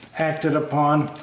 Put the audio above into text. acted upon,